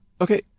Okay